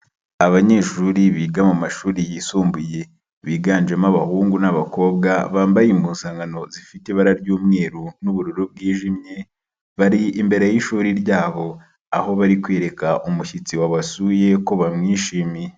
Abanyeshuri biga mu mashuri yisumbuye, biganjemo abahungu n'abakobwa bambaye impuzankano zifite ibara ry'umweru n'ubururu bwijimye, bari imbere y'ishuri ryabo aho bari kwereka umushyitsi wabasuye ko bamwishimiye.